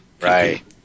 Right